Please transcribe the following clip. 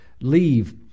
leave